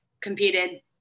competed